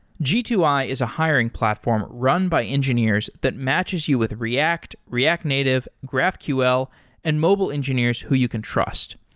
g two i is a hiring platform run by engineers that matches you with react, react native, graphql and mobile engineers who you can trust.